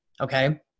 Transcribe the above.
Okay